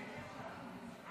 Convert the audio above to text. השר וסרלאוף, זה מפריע.